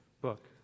book